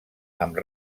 amb